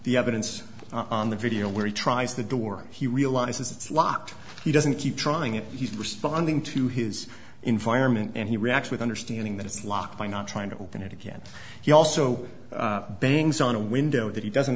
the evidence on the video where he tries the door he realizes it's locked he doesn't keep trying it he's responding to his environment and he reacts with understanding that it's locked by not trying to open it again he also bangs on a window that he doesn't